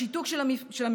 השיתוק של הממשל,